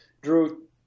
Drew